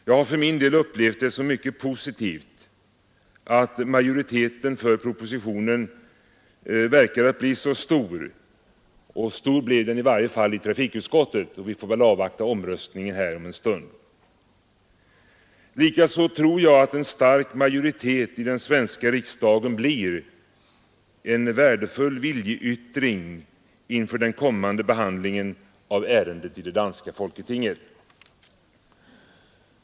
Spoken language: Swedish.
Jag har för min del upplevt det som mycket positivt att majoriteten för propositionen verkar bli så stor — stor blev den i varje fall i trafikutskottet, men vi får väl avvakta omröstningen här om en stund. Likaså tror jag att en stark majoritet i den svenska riksdagen blir en värdefull viljeyttring inför den kommande behandlingen av ärendet i det danska folketinget.